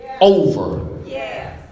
over